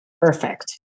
Perfect